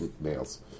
males